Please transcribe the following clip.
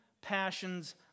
passions